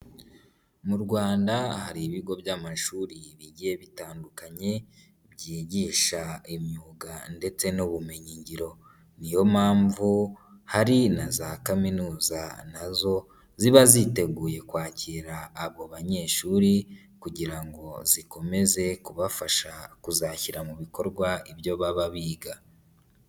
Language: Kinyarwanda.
Mu rwanda hari ibigo by'amashuri bigiye bitandukanye byigisha imyuga ndetse n'ubumenyingiro, niyo mpamvu hari na za kaminuza nazo ziba ziteguye kwakira abo banyeshuri kugira ngo zikomeze kubafasha kuzashyira mu bikorwa ibyo baba biga.